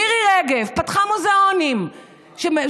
מירי רגב פתחה מוזיאונים שבאמת,